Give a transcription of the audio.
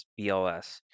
BLS